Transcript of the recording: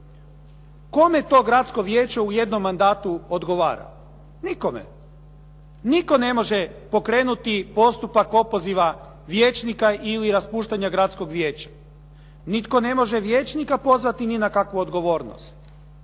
Kome to gradsko vijeće u jednom mandatu odgovara? Nikome. Nitko ne može pokrenuti postupak opoziva vijećnika ili raspuštanja gradskog vijeća, nitko ne može vijećnika pozvati ni na kakvu odgovornost,